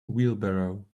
wheelbarrow